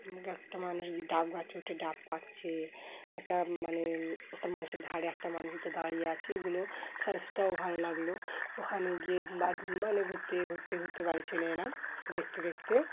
একটা মানুষ ডাব গাছে ওঠে ডাব পাড়ছে একটা মানে একটা মানুষের ঘাড়ে একটা মানুষ উঠে দাঁড়িয়ে আছে এগুলো সায়েন্সটাও ভালো লাগলো ওখানে গিয়ে মানে ঘুরতে ঘুরতে ঘুরতে বাড়ি চলে এলাম দেখতে দেখতে